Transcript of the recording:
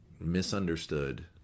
misunderstood